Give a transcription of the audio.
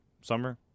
summer